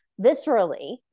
viscerally